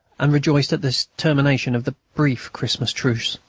and rejoiced at this termination of the brief christmas truce.